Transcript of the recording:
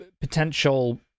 potential